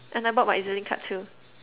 and I brought my E_Z-link card too